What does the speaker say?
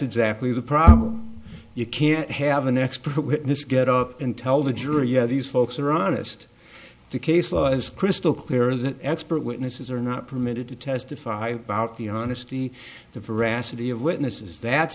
exactly the problem you can't have an expert witness get up and tell the jury yeah these folks are honest the case law is crystal clear that expert witnesses are not permitted to testify about the honesty the veracity of witnesses that